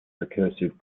recursive